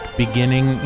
beginning